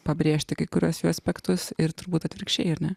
pabrėžti kai kuriuos jo aspektus ir turbūt atvirkščiai ar ne